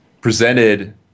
presented